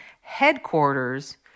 headquarters